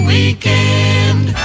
Weekend